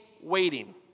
waiting